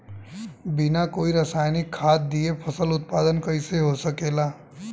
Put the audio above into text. बिना कोई रसायनिक खाद दिए फसल उत्पादन कइसे हो सकेला?